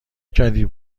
کردی